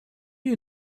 you